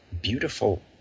beautiful